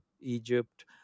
Egypt